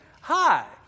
hi